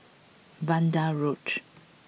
Vanda Road